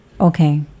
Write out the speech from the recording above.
okay